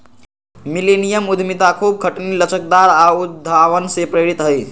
millennium उद्यमिता खूब खटनी, लचकदार आऽ उद्भावन से प्रेरित हइ